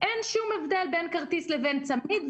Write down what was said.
אין שום הבדל בין כרטיס ובין צמיד,